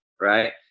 right